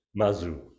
Mazu